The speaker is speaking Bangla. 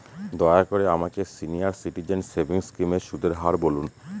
দয়া করে আমাকে সিনিয়র সিটিজেন সেভিংস স্কিমের সুদের হার বলুন